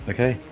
Okay